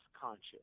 conscious